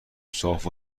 صاف